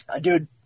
Dude